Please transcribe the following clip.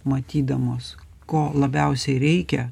matydamos ko labiausiai reikia